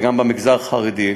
גם במגזר החרדי.